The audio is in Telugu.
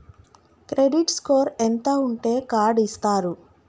క్రెడిట్ స్కోర్ ఎంత ఉంటే కార్డ్ ఇస్తారు?